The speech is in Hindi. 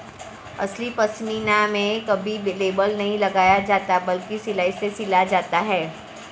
असली पश्मीना में कभी लेबल नहीं लगाया जाता बल्कि सिलाई से सिला जाता है